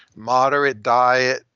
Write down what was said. moderate diet,